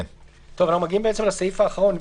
אנחנו מגיעים לסעיף האחרון,